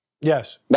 Yes